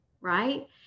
right